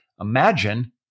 imagine